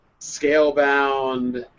Scalebound